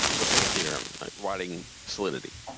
let's take ethereum writing solidity.